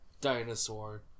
dinosaur